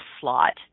slot